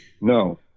no